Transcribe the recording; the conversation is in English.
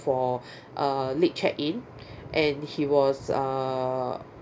a late check in and he was err